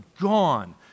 gone